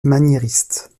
maniériste